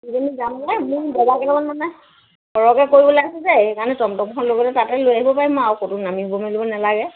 দুইজনী যামগৈ মোৰ বজাৰকেটামান মানে সৰহকৈ কৰিবলৈ আছে যে সেইকাৰণে টমটমখন লৈ গ'লে তাতে লৈ আহিব পাৰিম আৰু ক'তো নামিব মেলিব নালাগে